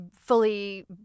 fully